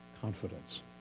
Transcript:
confidence